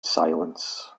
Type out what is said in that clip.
silence